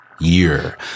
Year